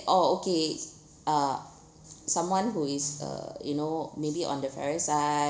orh okay uh someone who is uh you know maybe on the fairer side